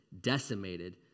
decimated